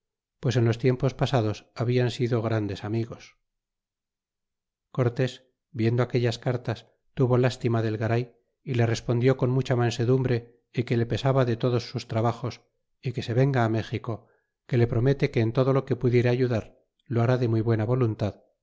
pues en los tiempos pasados habian sido grandes amigos y cortés viendo aquellas cartas tuvo lástima del garay y le respondió con mucha mansedumbre y que le pesaba de todos sus trabajos y que se venga á méxico que le promete que en todo lo que pudiere ayudar lo hará de muy buena voluntad